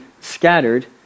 scattered